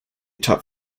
taught